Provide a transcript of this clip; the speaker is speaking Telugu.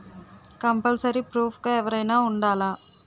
కంపల్సరీ ప్రూఫ్ గా ఎవరైనా ఉండాలా?